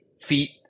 feet